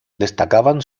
destacaban